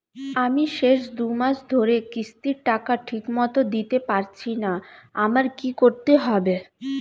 আমি শেষ দুমাস ধরে কিস্তির টাকা ঠিকমতো দিতে পারছিনা আমার কি করতে হবে?